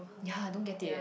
ya don't get it eh